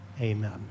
Amen